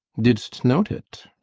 didst note it?